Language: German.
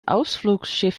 ausflugsschiff